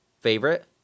favorite